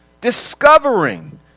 discovering